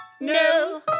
no